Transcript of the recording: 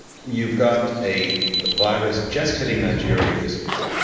you've got a virus just hitting nigeria this week